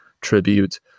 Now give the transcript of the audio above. tribute